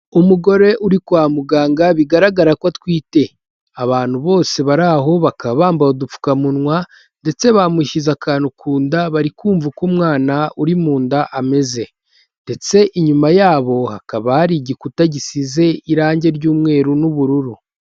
Umugore uri kwa muganga bigaragara ko atwite, abantu bose bari aho bakaba bambaye udupfukamunwa ndetse bamushyize akantu ku nda, bari kumva uko umwana uri mu nda ameze ndetse inyuma yabo hakaba hari igikuta gisize irangi ry'umweru n'ubururu.